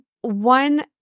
one